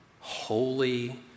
holy